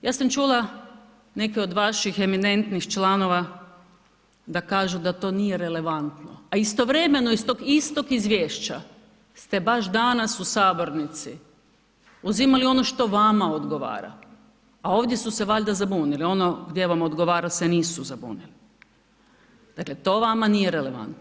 Ja sam čula neke od vaših eminentnih članova da kažu da to nije relevantno, a istovremeno iz tog istog izvješća ste baš danas u sabornici uzimali ono što vama odgovara, a ovdje su se valjda zabunili, ono gdje vam odgovara se nisu zabunili, dakle to vama nije relevantno.